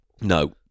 No